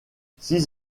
six